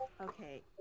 okay